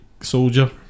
soldier